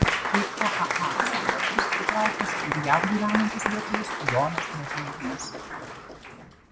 į eaa sąrašus įtrauktas ir jav gyvenantis lietuvis jonas motiejūnas